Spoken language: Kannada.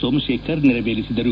ಸೋಮಶೇಖರ್ ನೆರವೇರಿಸಿದರು